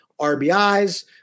RBIs